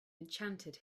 enchanted